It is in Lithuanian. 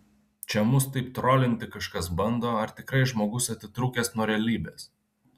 čia mus taip trolinti kažkas bando ar tikrai žmogus atitrūkęs nuo realybės